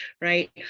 right